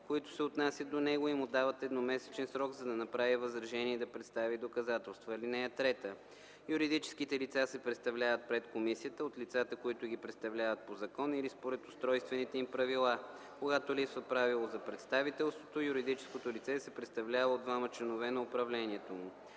които се отнасят до него, и му дават едномесечен срок, за да направи възражения и да представи доказателства. (3) Юридическите лица се представляват пред комисията от лицата, които ги представляват по закон или според устройствените им правила. Когато липсва правило за представителството, юридическото лице се представлява от двама членове на управлението му.